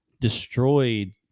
destroyed